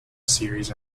series